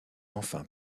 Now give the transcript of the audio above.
enfin